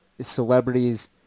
Celebrities